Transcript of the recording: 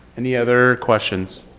any other questions?